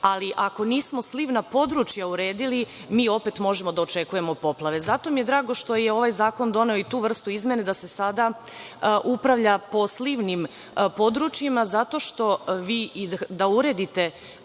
ali ako nismo slivna područja uredili mi opet možemo da očekujemo poplave. Zato mi je drago što je ovaj zakon doneo i tu vrstu izmenu da se sada upravlja po slivnim područjima, zato što vi i da uredite